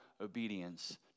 obedience